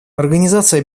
организация